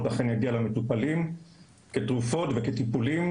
אכן יגיע למטופלים כתרופות וכטיפולים,